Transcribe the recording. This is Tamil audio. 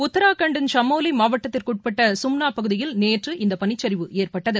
உத்ராகண்டின் சமோலிமாவட்டத்திற்குஉட்பட்டசும்னாபகுதியில் நேற்று இந்தபனிச்சிவு ஏற்பட்டது